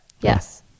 Yes